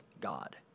God